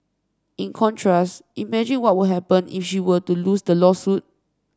in contrast imagine what would happen if she were to lose the lawsuit